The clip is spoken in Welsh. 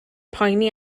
poeni